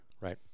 right